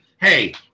hey